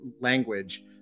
language